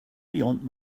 beyond